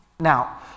Now